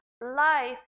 life